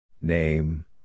Name